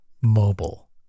Mobile